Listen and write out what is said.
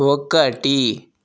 ఒకటి